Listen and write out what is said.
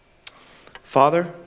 Father